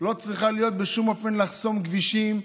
לא צריכה להיות בשום אופן לחסום כבישים,